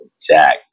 jack